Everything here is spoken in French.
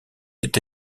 été